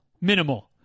minimal